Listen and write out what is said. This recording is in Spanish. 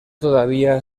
todavía